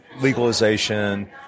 legalization